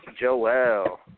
Joel